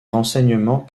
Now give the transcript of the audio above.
renseignements